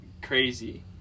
crazy